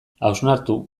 hausnartu